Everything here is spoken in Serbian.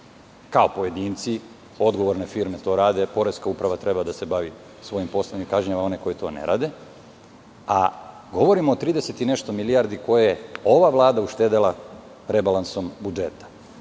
kao pojedinci, odgovorne firme to rade, poreska uprava treba da se bavi svojim poslom i kažnjava one koji to ne rade, a govorim o trideset i nešto milijardi koje je ova vlada uštedela rebalansom budžeta.